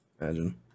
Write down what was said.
Imagine